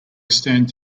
stands